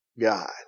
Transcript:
God